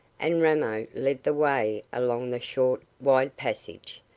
and ramo led the way along the short, wide passage,